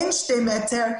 אין שתי מטר.